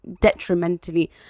detrimentally